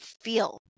feel